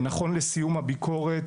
נכון לסיום הביקורת,